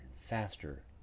faster